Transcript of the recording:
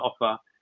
offer